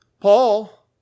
paul